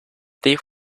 thief